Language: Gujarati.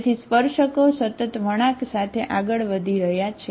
તેથી સ્પર્શકો સતત વળાંક સાથે આગળ વધી રહ્યા છે